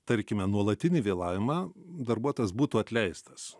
tarkime nuolatinį vėlavimą darbuotojas būtų atleistas